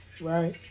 right